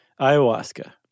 ayahuasca